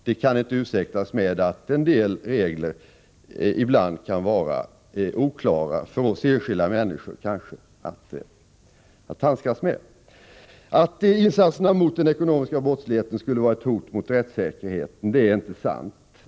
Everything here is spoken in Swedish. Det kan inte heller ursäktas med att en del regler ibland kan vara oklara och svåra för oss enskilda människor att handskas med. Att insatserna mot den ekonomiska brottsligheten skulle vara ett hot mot rättssäkerheten är inte sant.